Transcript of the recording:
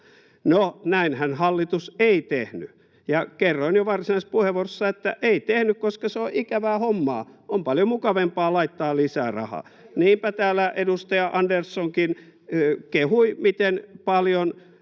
No, näinhän hallitus ei tehnyt. Ja kerroin jo varsinaisessa puheenvuorossa, että ei tehnyt, koska se on ikävää hommaa, on paljon mukavampaa laittaa lisää rahaa. Niinpä täällä edustaja Anderssonkin kehui, miten paljon